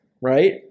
right